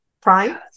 Prime